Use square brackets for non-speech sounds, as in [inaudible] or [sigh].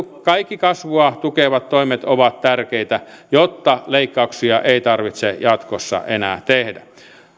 [unintelligible] kaikki kasvua tukevat toimet ovat tärkeitä jotta leikkauksia ei tarvitse jatkossa enää tehdä